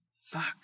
Fuck